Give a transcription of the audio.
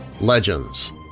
legends